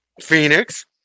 phoenix